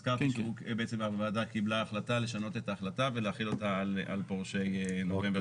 הזכרתי שהוועדה קיבלה החלטה לשנות את ההחלטה ולהחיל אותה על פורשי נובמבר